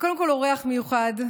קודם כול אורח מיוחד,